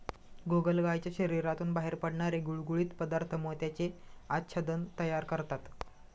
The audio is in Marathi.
गोगलगायीच्या शरीरातून बाहेर पडणारे गुळगुळीत पदार्थ मोत्याचे आच्छादन तयार करतात